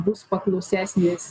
bus paklausesnis